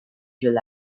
july